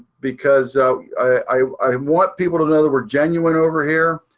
because i want people to know that we're genuine over here.